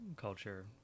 culture